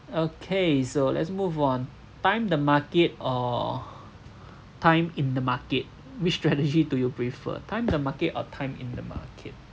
okay so let's move on time the market or time in the market which strategy to you prefer time the market or time in the market